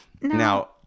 Now